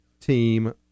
team